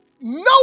no